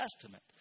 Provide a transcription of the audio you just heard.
Testament